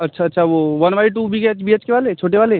अच्छा अच्छा वो one Y two B H B H के वाले छोटे वाले